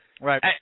Right